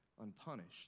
unpunished